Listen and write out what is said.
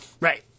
Right